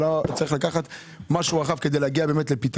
צריך לקחת משהו רחב כדי להגיע לפתרון.